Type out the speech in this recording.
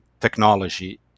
technology